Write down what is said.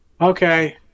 Okay